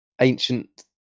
ancient